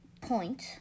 point